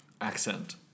accent